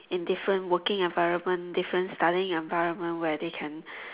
in different working environment different studying environment where they can